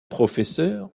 professeur